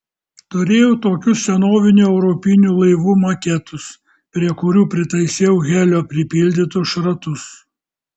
turėjau tokius senovinių europinių laivų maketus prie kurių pritaisiau helio pripildytus šratus